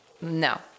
No